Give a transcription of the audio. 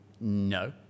No